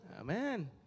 Amen